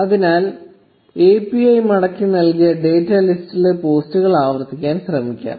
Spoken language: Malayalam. അതിനാൽ API മടക്കിനൽകിയ ഡാറ്റ ലിസ്റ്റിലെ പോസ്റ്റുകൾ ആവർത്തിക്കാൻ ശ്രമിക്കാം